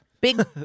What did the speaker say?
Big